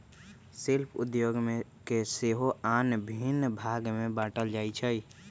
शिल्प उद्योग के सेहो आन भिन्न भाग में बाट्ल जाइ छइ